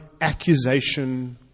accusation